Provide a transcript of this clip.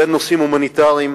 נושאים הומניטריים,